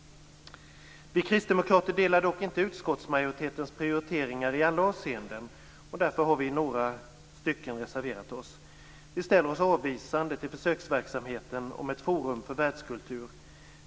Vi kristdemokrater delar dock inte utskottsmajoritetens prioriteringar i alla avseenden, därför har vi i några stycken reserverat oss. Vi ställer oss avvisande till försöksverksamheten med ett forum för världskultur.